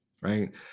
right